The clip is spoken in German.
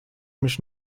mich